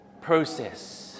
process